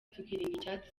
tukirinda